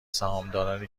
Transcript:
سهامدارنی